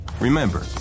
Remember